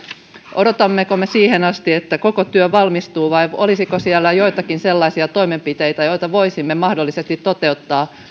odotammeko me siihen asti että koko työ valmistuu vai olisiko siellä joitakin sellaisia toimenpiteitä joita voisimme mahdollisesti toteuttaa